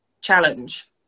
challenge